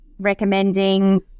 recommending